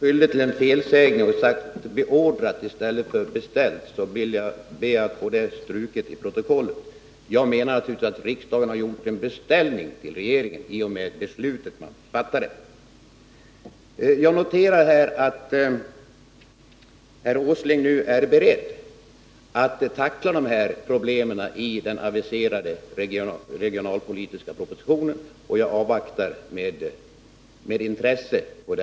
Fru talman! Om jag sagt ”beordrat” skulle jag ha gjort mig skyldig till en felsägning, men jag talade faktiskt om en beställning till regeringen i och med det beslut som har fattats. Jag noterar att herr Åsling nu är beredd att tackla dessa problem i den aviserade regionalpolitiska propositionen, och jag avvaktar den med intresse.